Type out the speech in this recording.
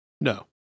No